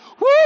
Woo